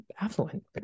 affluent